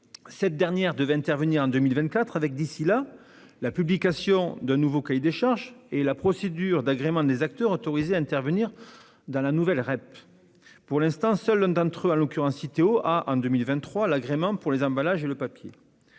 Cette dernière devrait intervenir en 2024 avec, d'ici là, la publication d'un nouveau cahier des charges et le déploiement de la procédure d'agrément des acteurs autorisés à intervenir dans la nouvelle REP. Pour l'instant, seul l'un d'entre eux, en l'occurrence Citeo, bénéficie en 2023 de l'agrément pour les emballages ménagers et le papier.